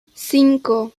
cinco